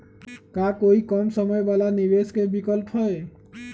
का कोई कम समय वाला निवेस के विकल्प हई?